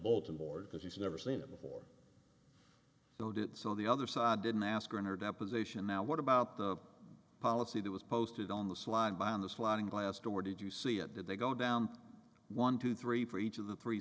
bulletin board because he's never seen it before though did so the other side didn't ask her in her deposition now what about the policy that was posted on the slide by on the sliding glass door did you see it did they go down one two three for each of the three